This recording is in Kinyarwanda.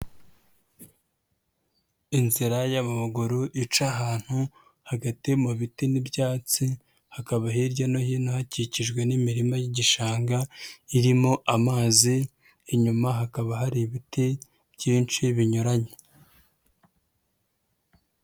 Inzira y'amaguru ica ahantu hagati mu biti n'ibyatsi, hakaba hirya no hino hakikijwe n'imirima y'igishanga irimo amazi, inyuma hakaba hari ibiti byinshi binyuranye.